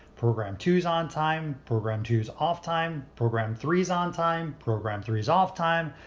program two's on time. program two's off time. program three's on time. program three's off time.